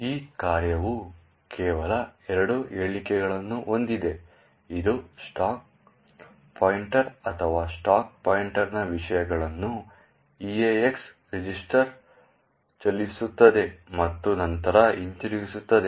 ಈ ಕಾರ್ಯವು ಕೇವಲ ಎರಡು ಹೇಳಿಕೆಗಳನ್ನು ಹೊಂದಿದೆ ಇದು ಸ್ಟಾಕ್ ಪಾಯಿಂಟರ್ ಅಥವಾ ಸ್ಟಾಕ್ ಪಾಯಿಂಟರ್ನ ವಿಷಯಗಳನ್ನು EAX ರಿಜಿಸ್ಟರ್ಗೆ ಚಲಿಸುತ್ತದೆ ಮತ್ತು ನಂತರ ಹಿಂತಿರುಗಿಸುತ್ತದೆ